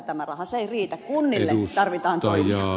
se ei riitä kunnille tarvitaan toimia